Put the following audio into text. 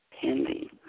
pending